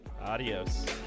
Adios